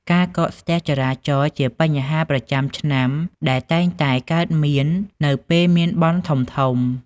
ការកកស្ទះចរាចរណ៍ជាបញ្ហាប្រចាំឆ្នាំដែលតែងតែកើតមាននៅពេលមានបុណ្យធំៗ។